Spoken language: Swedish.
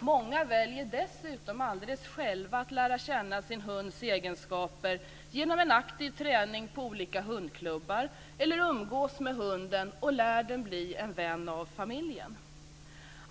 Många väljer dessutom alldeles själva att lära känna sin hunds egenskaper genom en aktiv träning i olika hundklubbar eller umgås med hunden och lär den bli en vän i familjen.